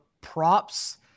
props